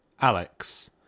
Alex